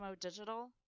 Digital